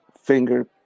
finger